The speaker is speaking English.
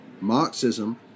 Marxism